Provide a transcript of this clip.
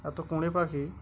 এত কুড়ে পাখি